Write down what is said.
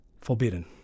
forbidden